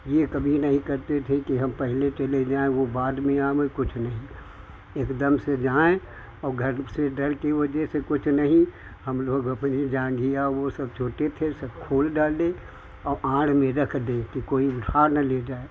यह कभी नहीं करते थे कि हम पहले चले जाए वह बाद में आए कुछ नहीं एकदम से जाए और घर से डर की वजह से कुछ नहीं हम लोग अपनी जांघिया और वह सब छोटे थे सब खोल डाले और आड़ में रख दे कि कोई उठा न ले जाए